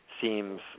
seems